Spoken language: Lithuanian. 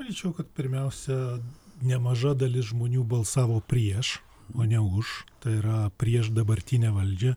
manyčiau kad pirmiausia nemaža dalis žmonių balsavo prieš o ne už tai yra prieš dabartinę valdžią